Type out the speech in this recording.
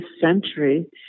century